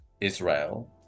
Israel